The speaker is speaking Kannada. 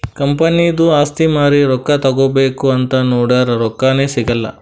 ಕಂಪನಿದು ಆಸ್ತಿ ಮಾರಿ ರೊಕ್ಕಾ ತಗೋಬೇಕ್ ಅಂತ್ ನೊಡುರ್ ರೊಕ್ಕಾನೇ ಸಿಗಲ್ಲ